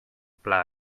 pla